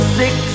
six